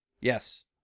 Yes